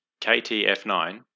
KTF9